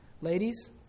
ladies